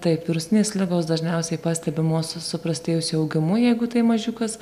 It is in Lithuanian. taip virusinės ligos dažniausiai pastebimos su suprastėjusiu augimu jeigu tai mažiukas